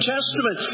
Testament